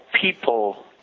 people